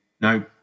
no